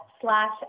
slash